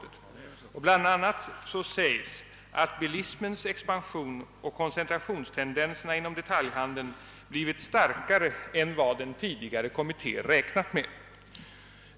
Det framhålles bl.a. att bilismens expansion och koncentrationstendenserna inom detaljhandeln blivit starkare än vad den tidigare kommittén räknat med.